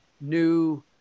new